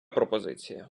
пропозиція